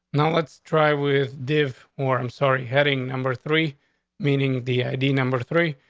now let's try with div more. i'm sorry. heading number three meaning the i. d number three.